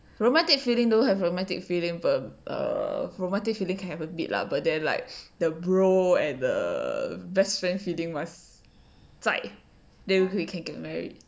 romantic feeling don't have romantic feeling but err romantic feeling can have a bit lah but then like the bro and the best friend feeling must 在 then we can get married